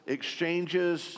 exchanges